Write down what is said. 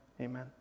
Amen